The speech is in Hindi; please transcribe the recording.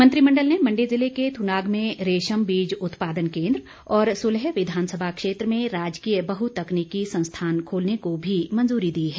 मंत्रिमंडल ने मंडी जिले के थुनाग में रेश्म बीज उत्पादन केंद्र और सुलह विधानसभा क्षेत्र में राजकीय बहुतकनीकी संस्थान खोलने को भी मंजूरी दी है